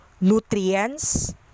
nutrients